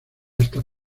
estas